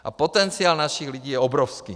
A potenciál našich lidí je obrovský.